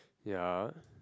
ya